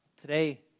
Today